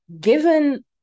Given